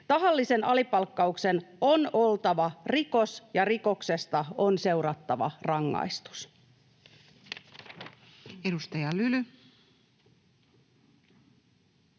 Tahallisen alipalkkauksen on oltava rikos, ja rikoksesta on seurattava rangaistus.